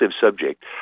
subject